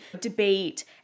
debate